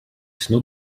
snu